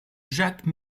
jacques